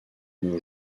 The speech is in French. nos